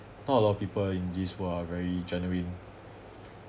not a lot of people in this world are very genuine